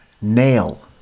Nail